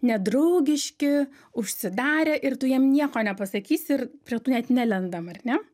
nedraugiški užsidarę ir tu jiem nieko nepasakysi ir prie tų net nelendam ar ne